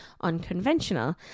unconventional